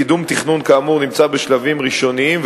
קידום תכנון כאמור נמצא בשלבים ראשוניים,